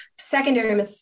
Secondary